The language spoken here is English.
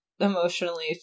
emotionally